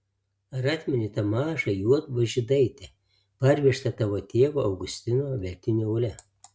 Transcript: ar atmeni tą mažą juodbruvą žydaitę parvežtą tavo tėvo augusto veltinio aule